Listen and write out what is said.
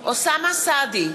אוסאמה סעדי,